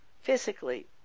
physically